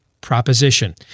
Proposition